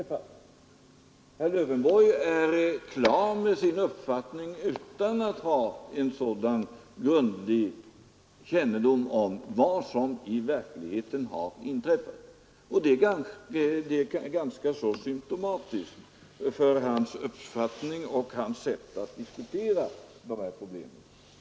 Herr Lövenborg är klar med sin uppfattning utan att ha en sådan grundlig kännedom om vad som i själva verket har inträffat, och det är ganska symtomatiskt för hans uppfattning och hans sätt att diskutera de här problemen.